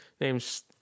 names